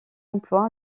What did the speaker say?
emploi